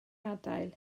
adael